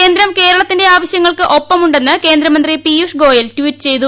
കേന്ദ്രം കേരളത്തിന്റെ ആവശ്യങ്ങൾക്ക് ഒപ്പമുണ്ടെന്ന് കേന്ദ്രമന്ത്രി പിയൂഷ് ഗോയൽ ട്വീറ്റ് ചെയ്തു